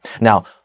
Now